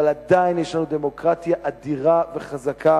אבל עדיין יש לנו דמוקרטיה אדירה וחזקה,